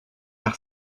par